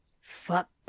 Fuck